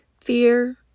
fear